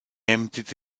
emptied